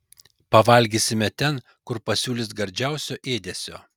pavalgysime ten kur pasiūlys gardžiausio ėdesio